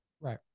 Right